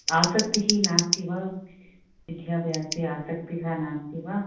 आसक्तिः नास्ति वा विद्याभ्यासे आसक्तिः नास्ति वा